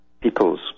peoples